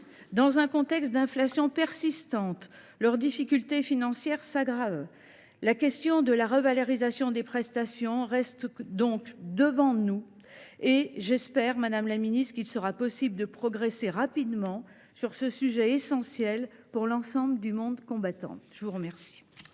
Dans un contexte d’inflation persistante, leurs difficultés financières s’aggravent. La question de la revalorisation des prestations reste donc devant nous, et j’espère, madame la secrétaire d’État, qu’il sera possible de progresser rapidement sur ce sujet essentiel pour l’ensemble du monde combattant. La parole